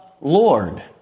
Lord